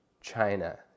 China